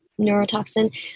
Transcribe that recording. neurotoxin